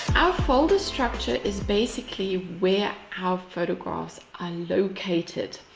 our folder structure is basically where our photographs are located,